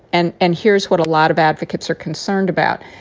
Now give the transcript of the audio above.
and and here's what a lot of advocates are concerned about.